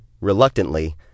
Reluctantly